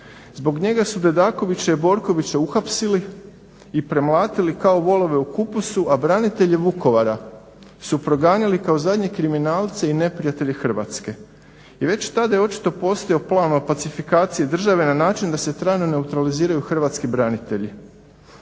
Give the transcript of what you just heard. Zbog njega su Dedakovića i Borkovića uhapsili i premlatili kao volove u kupusu, a branitelje Vukovara su proganjali kao zadnje kriminalce i neprijatelje Hrvatske. I već tada je očito postojao plan o pacifikaciji države na način da se trajno neutraliziraju hrvatski branitelji.